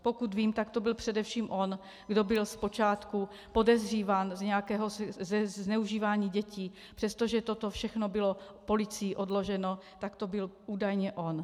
Pokud vím, tak to byl především on, kdo byl zpočátku podezříván ze zneužívání dětí, přestože toto všechno bylo policí odloženo, tak to byl údajně on.